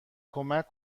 کمک